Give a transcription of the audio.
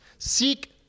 Seek